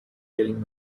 getting